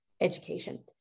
education